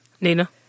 nina